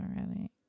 already